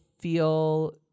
feel